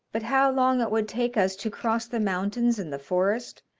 but how long it would take us to cross the mountains and the forest,